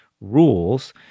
rules